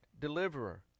deliverer